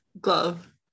Glove